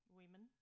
women